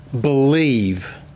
believe